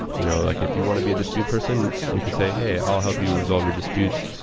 you know like if you want to be a dispute person, you can say, hey, i'll help you resolve your disputes.